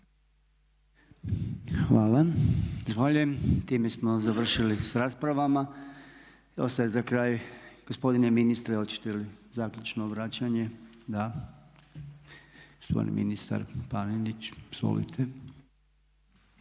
Hvala. Zahvaljujem. Time smo završili s raspravama. Ostaje za kraj gospodine ministre oćete li zaključno obraćanje? Da. gospodin ministar Paninić. Izvolite.